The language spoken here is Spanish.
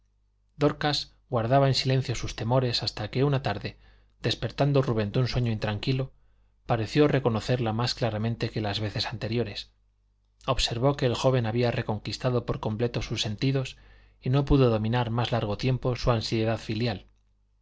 dorcas guardaba en silencio sus temores hasta que una tarde despertando rubén de un sueño intranquilo pareció reconocerla más claramente que las veces anteriores observó que el joven había reconquistado por completo sus sentidos y no pudo dominar más largo tiempo su ansiedad filial